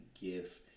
gift